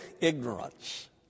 ignorance